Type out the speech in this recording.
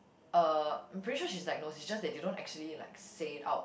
uh pretty sure she's diagnosed it's just that they don't actually like say it out